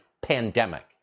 pandemic